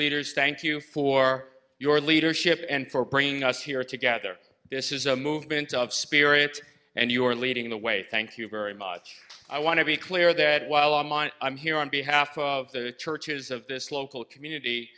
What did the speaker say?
leaders thank you for your leadership and for bringing us here together this is a movement of spirit and you are leading the way thank you very much i want to be clear that while i'm on i'm here on behalf of the churches of this local community